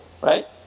right